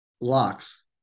Locks